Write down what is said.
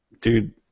Dude